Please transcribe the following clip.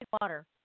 water